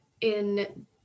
in-